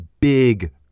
big